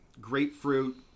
grapefruit